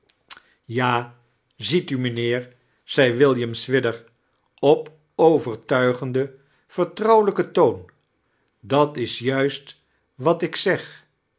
ja ziet u mijnheer zei william swidger op overtuigenden vertrbuwelajken toon dat is juist wat ik zeg